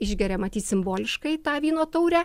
išgeria matyt simboliškai tą vyno taurę